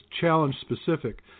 challenge-specific